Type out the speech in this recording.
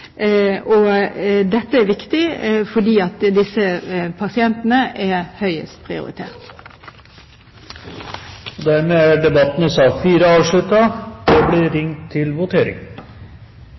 Dette er viktig, for disse pasientene er høyest prioritert. Debatten i sak nr. 4 er avsluttet. Stortinget går da til votering.